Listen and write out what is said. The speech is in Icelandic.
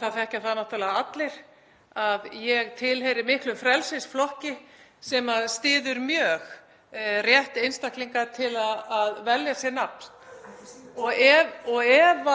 Það þekkja það náttúrlega allir að ég tilheyri miklum frelsisflokki sem styður mjög rétt einstaklinga til að velja sér nafn. Ef